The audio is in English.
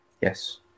Yes